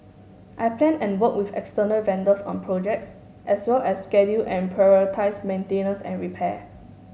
I plan and work with external vendors on projects as well as schedule and prioritise maintenance and repair